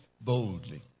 boldly